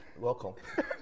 Welcome